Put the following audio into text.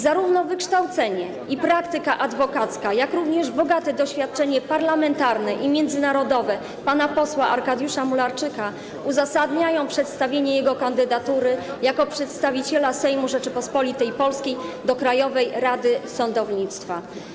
Zarówno wykształcenie, praktyka adwokacka, jak i bogate doświadczenie parlamentarne i międzynarodowe pana posła Arkadiusza Mularczyka uzasadniają przedstawienie jego kandydatury na przedstawiciela Sejmu Rzeczypospolitej Polskiej do Krajowej Rady Sądownictwa.